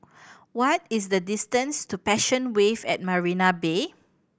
what is the distance to Passion Wave at Marina Bay